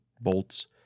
bolts